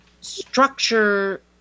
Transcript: structure